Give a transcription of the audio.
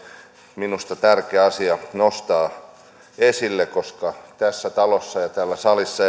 minusta tärkeä asia nostaa esille koska tässä talossa ja erityisesti täällä salissa